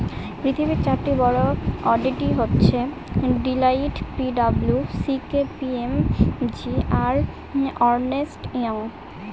পৃথিবীর চারটি বড়ো অডিট হচ্ছে Deloitte P W C K P M G আর আর্নেস্ট ইয়ং